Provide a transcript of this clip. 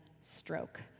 stroke